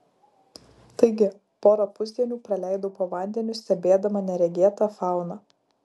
taigi porą pusdienių praleidau po vandeniu stebėdama neregėtą fauną